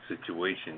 situation